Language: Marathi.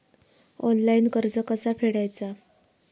ऑनलाइन कर्ज कसा फेडायचा?